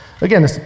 Again